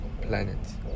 planets